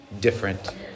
different